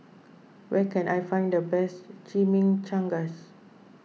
where can I find the best Chimichangas